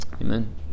Amen